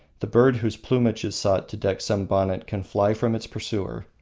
the birds whose plumage is sought to deck some bonnet can fly from its pursuer,